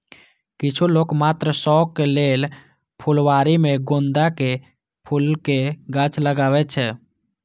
किछु लोक मात्र शौक लेल फुलबाड़ी मे गेंदाक फूलक गाछ लगबै छै